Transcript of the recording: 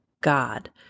God